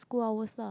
school hours lah